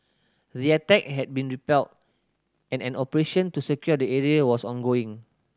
the attack had been repelled and an operation to secure the area was ongoing